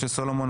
משה סולומון,